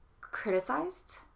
criticized